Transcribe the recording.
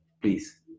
please